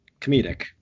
comedic